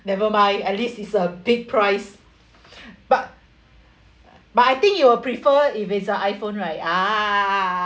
nevermind at least it's a big prize but but I think you will prefer if it's a iPhone right ah